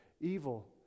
evil